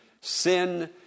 sin